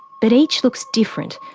but each looks different.